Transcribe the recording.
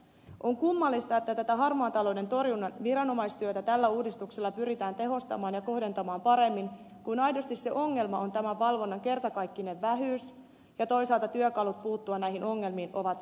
on kummallista että harmaan talouden torjunnan viranomaistyötä tällä uudistuksella pyritään tehostamaan ja kohdentamaan paremmin kun aidosti se ongelma on tämän valvonnan kertakaikkinen vähyys ja toisaalta työkalut puuttua näihin ongelmiin ovat hyvin vähäiset